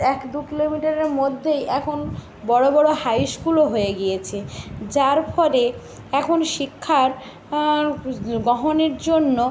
এক দু কিলোমিটারের মধ্যেই এখন বড় বড় হাইস্কুলও হয়ে গিয়েছে যার ফলে এখন শিক্ষার বহনের জন্য